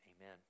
Amen